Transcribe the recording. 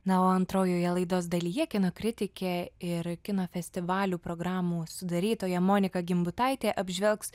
na o antrojoje laidos dalyje kino kritikė ir kino festivalių programų sudarytoja monika gimbutaitė apžvelgs